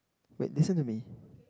wait listen to me